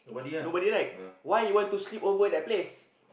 nobody right why you want to sleep over that place